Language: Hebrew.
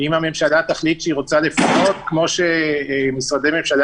אם הממשלה תחליט שהיא רוצה לפנות כמו שמשרדי ממשלה